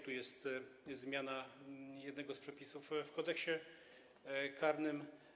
Tu jest zmiana jednego z przepisów w Kodeksie karnym.